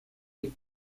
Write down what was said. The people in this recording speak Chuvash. иккен